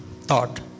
thought